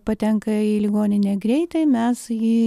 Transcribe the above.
patenka į ligoninę greitai mes jį